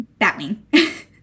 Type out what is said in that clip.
Batwing